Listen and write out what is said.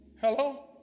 Hello